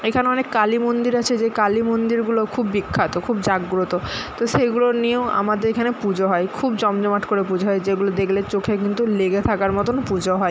এখানে অনেক কালী মন্দির আছে যে কালী মন্দিরগুলো খুব বিখ্যাত খুব জাগ্রত তো সেগুলো নিয়েও আমাদের এখানে পুজো হয় খুব জমজমাট করে পুজো হয় যেগুলো দেখলে চোখে কিন্তু লেগে থাকার মতন পুজো হয়